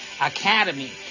Academy